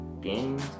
games